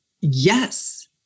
yes